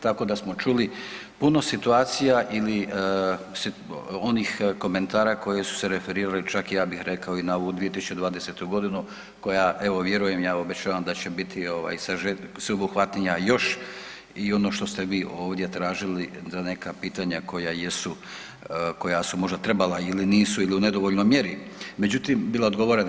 Tako da smo čuli puno situacija ili onih komentara koji su se referirali čak ja bih rekao i na ovu 2020. godinu koja evo vjerujem, ja obećavam da će biti sveobuhvatnija još i ovo što ste vi ovdje tražili za neka pitanja koja jesu, koja su možda trebala ili nisu ili u nedovoljnoj mjeri bila odgovorena.